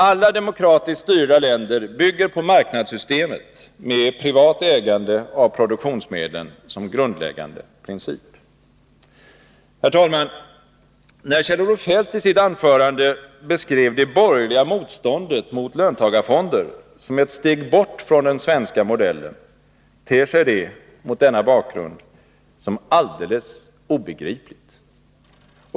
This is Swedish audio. Alla demokratiskt styrda länder bygger på marknadssystemet med privat ägande av produktionsmedlen som grundläggande princip. Herr talman! Att Kjell-Olof Feldt i sitt anförande beskrev det borgerliga motståndet mot löntagarfonder som ett steg bort från den svenska modellen ter sig mot denna bakgrund alldeles obegripligt.